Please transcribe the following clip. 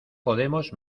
podemos